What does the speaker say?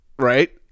Right